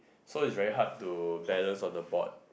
so is very hard to balance on the board